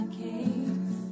case